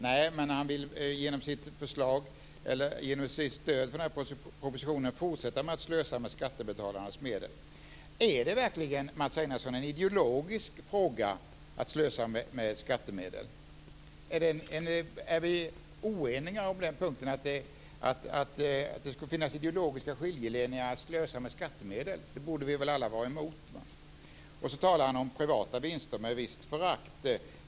Nej, men genom sitt stöd för den här propositionen vill han fortsätta slösa med skattebetalarnas medel. Är slösandet med skattemedel verkligen en ideologisk fråga, Mats Einarsson? Är vi oeniga på den punkten, att det skulle finnas ideologiska skiljelinjer när det gäller att slösa med skattemedel? Det borde vi väl alla vara emot. Dessutom talar han om privata vinster med visst förakt.